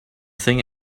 thing